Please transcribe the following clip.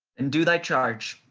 and do thy charge,